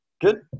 Good